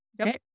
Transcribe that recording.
Okay